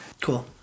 Cool